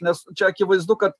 nes čia akivaizdu kad